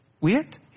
Weird